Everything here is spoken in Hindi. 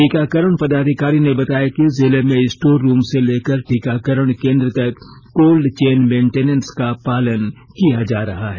टीकाकरण पदाधिकारी ने बताया कि जिले में स्टोर रूम से लेकर टीकाकरण केंद्र तक कोल्ड चेन मेंटेनेंस का पालन किया जा रहा है